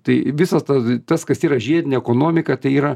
tai visas tas tas kas yra žiedinė ekonomika tai yra